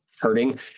hurting